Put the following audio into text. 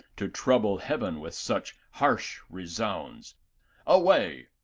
to trouble heaven with such harsh resounds away!